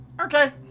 Okay